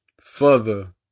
further